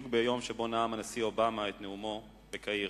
בדיוק ביום שבו נאם הנשיא אובמה את נאומו בקהיר.